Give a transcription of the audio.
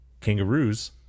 kangaroos